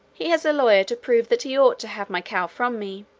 he has a lawyer to prove that he ought to have my cow from me.